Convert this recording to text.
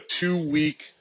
two-week